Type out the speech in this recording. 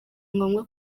ngombwa